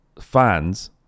fans